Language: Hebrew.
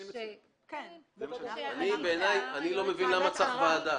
שיש --- אני לא מבין למה צריך ועדה.